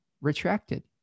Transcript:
retracted